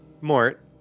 Mort